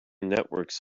networks